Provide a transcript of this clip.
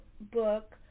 book